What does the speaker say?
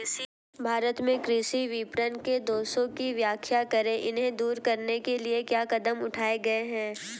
भारत में कृषि विपणन के दोषों की व्याख्या करें इन्हें दूर करने के लिए क्या कदम उठाए गए हैं?